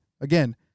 again